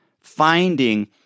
finding